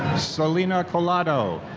celina collado.